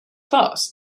class